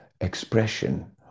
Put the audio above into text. expression